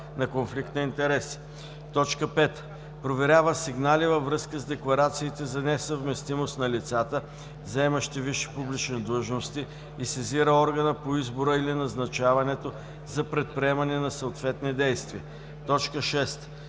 на конфликт на интереси; 5. проверява сигнали във връзка с декларациите за несъвместимост на лицата, заемащи висши публични длъжности, и сезира органа по избора или назначаването за предприемане на съответни действия; 6.